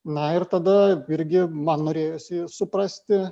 na ir tada irgi man norėjosi suprasti